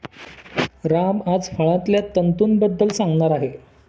राम आज फळांतल्या तंतूंबद्दल सांगणार आहे